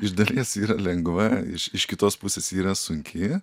iš dalies yra lengva iš iš kitos pusės yra sunki